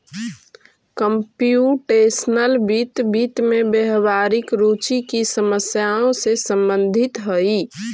computational वित्त, वित्त में व्यावहारिक रुचि की समस्याओं से संबंधित हई